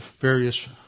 various